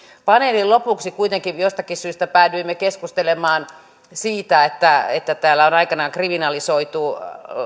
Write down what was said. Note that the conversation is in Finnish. paneelin lopuksi kuitenkin jostakin syystä päädyimme keskustelemaan siitä että että täällä on aikanaan kriminalisoitu